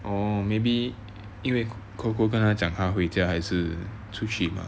or maybe 因为 coco 跟她讲她会回家还是出去吧